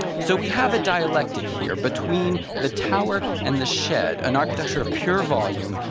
so we have a dialectic here between the tower and the shed, an architecture of pure volume,